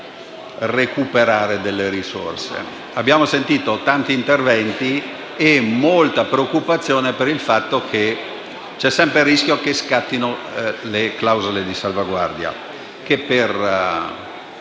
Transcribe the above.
Abbiamo sentito tanti interventi e molta preoccupazione per il fatto che c'è sempre il rischio che scattino le clausole di salvaguardia,